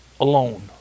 alone